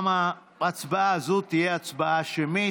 גם הצבעה הזו תהיה הצבעה שמית.